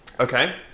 Okay